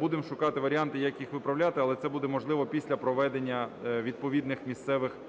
будемо шукати варіанти, як їх виправляти, але це буде можливо після проведення відповідних місцевих виборів.